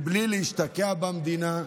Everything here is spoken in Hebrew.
בלי להשתקע במדינה,